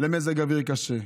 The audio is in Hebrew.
למזג אוויר קשה.